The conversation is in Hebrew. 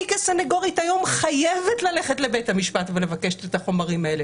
אני כסנגורית היום חייבת ללכת לבית המשפט ולבקש את החומרים האלה.